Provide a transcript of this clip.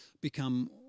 become